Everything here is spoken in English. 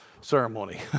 ceremony